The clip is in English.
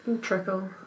Trickle